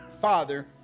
father